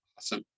Awesome